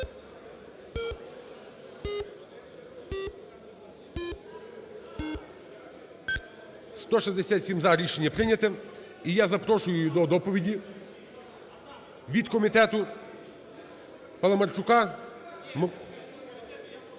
167-за рішення прийнято. І я запрошую до доповіді від комітету Паламарчука…